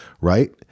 right